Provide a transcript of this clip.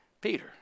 Peter